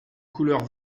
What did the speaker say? couleur